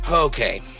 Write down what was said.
Okay